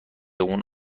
اون